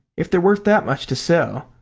if they're worth that much to sell,